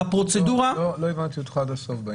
לא הבנתי אותך עד הסוף.